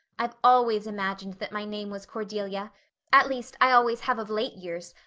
i've always imagined that my name was cordelia at least, i always have of late years.